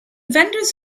vendors